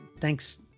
thanks